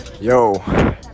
Yo